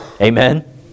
Amen